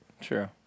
True